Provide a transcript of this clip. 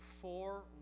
four